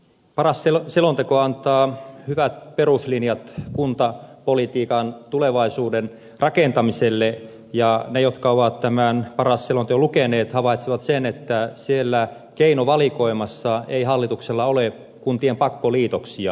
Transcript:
paras selonteko antaa hyvät peruslinjat kuntapolitiikan tulevaisuuden rakentamiselle ja ne jotka ovat tämän paras selonteon lukeneet havaitsevat sen että siellä keinovalikoimassa ei hallituksella ole kuntien pakkoliitoksia